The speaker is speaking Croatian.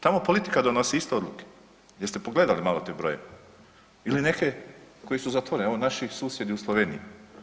Tamo politika donosi isto odluke, jeste pogledali malo taj broj ili neke koji su zatvoreni, evo naši susjedi u Sloveniji.